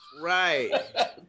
right